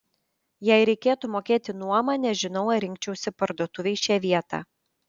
jei reikėtų mokėti nuomą nežinau ar rinkčiausi parduotuvei šią vietą